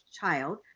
child